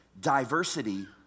Diversity